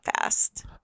fast